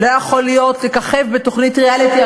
לא יכול לככב בתוכנית ריאליטי.